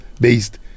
based